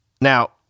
Now